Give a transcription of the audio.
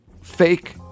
fake